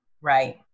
Right